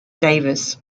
davis